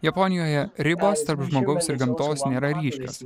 japonijoje ribos tarp žmogaus ir gamtos nėra ryškios